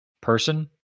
person